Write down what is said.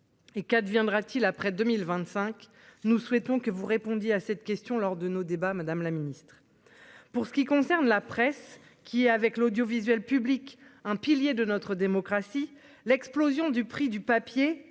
et qu'adviendra-t-il après 2025, nous souhaitons que vous répondiez à cette question lors de nos débats, Madame la Ministre, pour ce qui concerne la presse qui avec l'audiovisuel public, un pilier de notre démocratie, l'explosion du prix du papier,